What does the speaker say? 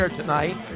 tonight